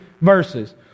verses